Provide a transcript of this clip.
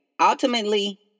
Ultimately